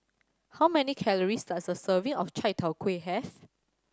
how many calories does a serving of Chai Tow Kuay have